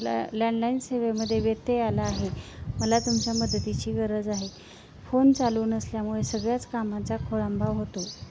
ल लँडलाईन सेवेमध्ये व्यत्यय आला आहे मला तुमच्या मदतीची गरज आहे फोन चालू नसल्यामुळे सगळ्याच कामाचा खोळंबा होतो